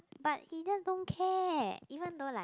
but he just don't care even though like